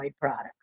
products